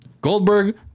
Goldberg